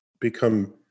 become